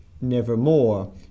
nevermore